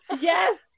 Yes